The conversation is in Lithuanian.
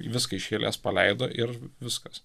viską iš eilės paleido ir viskas